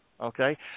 okay